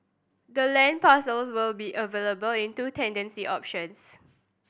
the land parcels will be available in two tenancy options